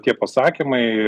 tie pasakymai